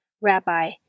Rabbi